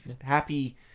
happy